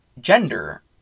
gender